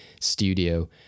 studio